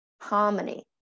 harmony